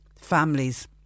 Families